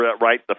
right